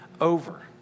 over